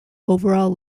overall